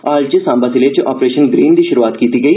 हाल च साम्बा जिले च आपरेशन ग्रीन दी शुरुआत कीती गेई